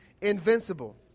invincible